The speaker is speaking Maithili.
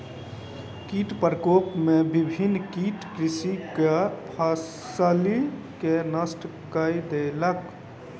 कीट प्रकोप में विभिन्न कीट कृषकक फसिल के नष्ट कय देलक